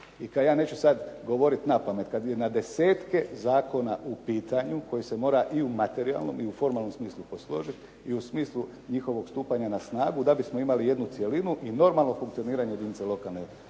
i kad ja neću sad govoriti napamet, kad je na desetke zakona u pitanju koji se mora i u materijalnom i u formalnom smislu posložiti i u smislu njihovog stupanja na snagu da bismo imali jednu cjelinu i normalno funkcioniranje jedinica lokalne